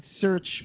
search